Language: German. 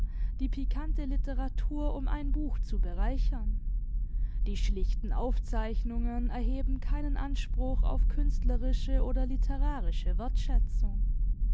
die pikante literatur um ein buch zu bereichern die schlichten aufzeichnungen erheben keinen anspruch auf künstlerische oder literarische wertschätzung